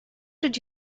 did